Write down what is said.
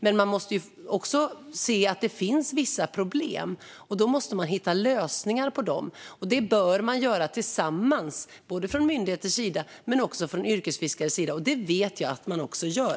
Men man måste också se att det finns vissa problem och hitta lösningar på dem. Det bör man göra tillsammans, både myndigheter och fiskare. Och det vet jag att man gör.